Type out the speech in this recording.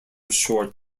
short